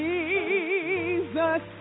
Jesus